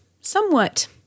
somewhat